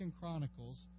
Chronicles